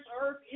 earth